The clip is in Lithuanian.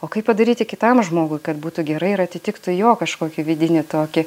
o kaip padaryti kitam žmogui kad būtų gerai ir atitiktų jo kažkokį vidinį tokį